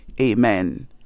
Amen